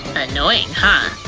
annoying, huh?